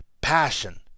passion